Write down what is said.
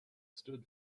stood